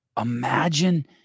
Imagine